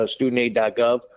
studentaid.gov